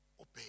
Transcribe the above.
obey